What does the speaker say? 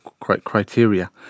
criteria